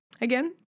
Again